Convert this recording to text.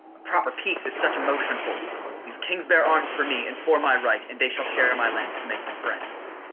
a proper peace, if such a motion hold these kings bear arms for me, and for my right, and they shall share my lands to make them friends.